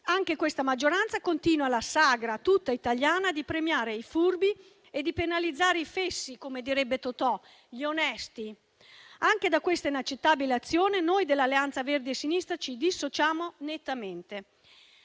Anche questa maggioranza continua la saga tutta italiana di premiare i furbi e di penalizzare i fessi - come direbbe Totò - ossia gli onesti. Pure da questa inaccettabile azione noi dell'Alleanza Verdi e Sinistra ci dissociamo nettamente.